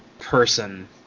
person